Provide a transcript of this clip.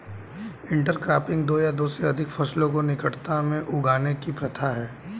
intercropping दो या दो से अधिक फसलों को निकटता में उगाने की प्रथा है